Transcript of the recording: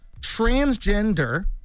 Transgender